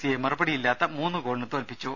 സിയെ മറുപടിയില്ലാത്ത മൂന്ന് ഗോളിന് തോൽപ്പിച്ചു